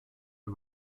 der